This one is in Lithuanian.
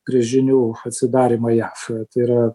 gręžinių atsidarymą jav tai yra